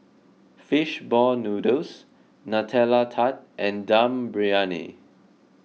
Fish Ball Noodles Nutella Tart and Dum Briyani